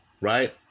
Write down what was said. Right